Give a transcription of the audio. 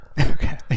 Okay